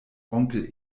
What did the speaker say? onkel